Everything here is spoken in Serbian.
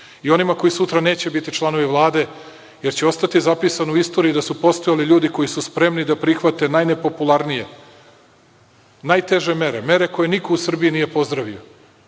i onima koji sutra neće biti članovi Vlade, jer će ostati zapisano u istoriji da su postojali ljudi koji su spremni da prihvate najnepopularnije, najteže mere, mere koje niko u Srbiji nije pozdravio,